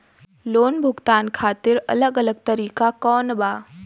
Loan भुगतान खातिर अलग अलग तरीका कौन बा?